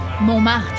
Montmartre